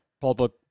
public